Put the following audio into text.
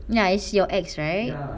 ya is your acts right